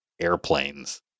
airplanes